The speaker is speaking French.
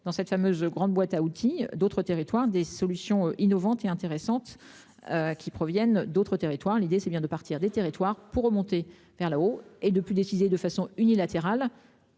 dans cette fameuse grande boîte à outils d'autres territoires des solutions innovantes et intéressantes. Qui proviennent d'autres territoires. L'idée, c'est bien de partir des territoires pour remonter vers la haut, et de plus décidé de façon unilatérale.